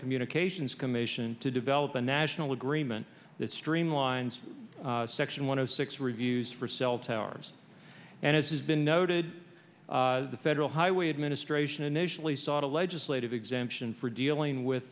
communications commission to develop a national agreement that streamlines section one of six reviews for cell towers and as has been noted the federal highway administration initially sought a legislative exemption for dealing with